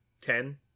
Ten